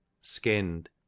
skinned